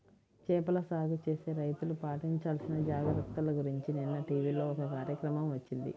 చేపల సాగు చేసే రైతులు పాటించాల్సిన జాగర్తల గురించి నిన్న టీవీలో ఒక కార్యక్రమం వచ్చింది